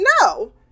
no